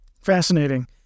Fascinating